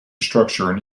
structure